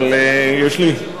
אבל יש לי,